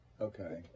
Okay